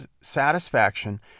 satisfaction